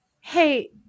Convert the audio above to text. Hey